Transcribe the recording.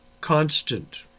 constant